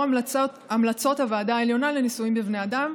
המלצות הוועדה העליונה לניסויים בבני אדם,